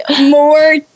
more